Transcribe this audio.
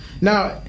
Now